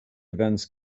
events